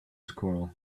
squirrel